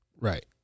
right